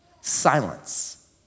silence